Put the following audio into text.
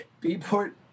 B-Port